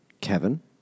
Kevin